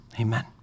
amen